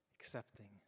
accepting